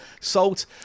salt